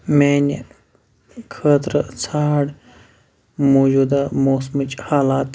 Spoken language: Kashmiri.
میٛانہِ خٲطرٕ ژھانٛڈ موجوٗدہ موسمٕچ حالات